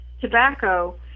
tobacco